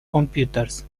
computers